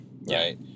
Right